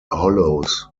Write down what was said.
hollows